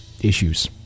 issues